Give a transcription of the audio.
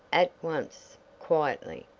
at once, quietly.